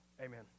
amen